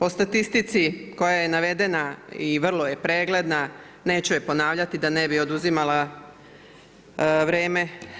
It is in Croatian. O statistici koja je navedena i vrlo je pregledna, neću je ponavljati da ne bi oduzimala vreme.